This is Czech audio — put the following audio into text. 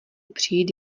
přijít